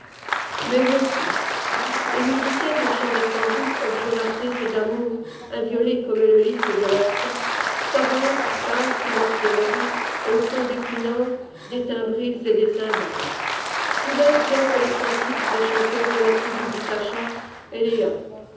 mais voici les musiciennes des chants défendus objuratrices d'amour inviolées comme le lis de leurs seins s'avancent pâles sous leurs pierreries au son des kinnors des tymbrils et des cymbales soudain cessent les cantiques des chanteuses de la tribu d'issachar et les